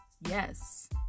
Yes